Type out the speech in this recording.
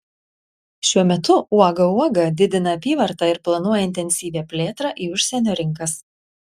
šiuo metu uoga uoga didina apyvartą ir planuoja intensyvią plėtrą į užsienio rinkas